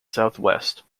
southwest